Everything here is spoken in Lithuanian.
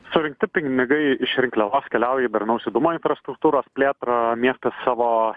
surinkti pinigai iš rinkliavos keliauja į darnaus judumo infrastruktūros plėtrą miestas savo